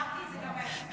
אגב, אמרתי את זה גם בעצמי.